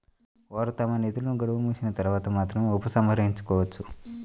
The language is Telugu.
వారు తమ నిధులను గడువు ముగిసిన తర్వాత మాత్రమే ఉపసంహరించుకోవచ్చు